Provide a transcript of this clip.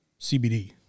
CBD